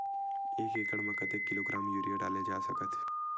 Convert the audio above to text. एक एकड़ म कतेक किलोग्राम यूरिया डाले जा सकत हे?